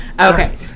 Okay